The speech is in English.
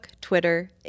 twitter